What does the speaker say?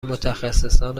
متخصصان